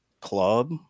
club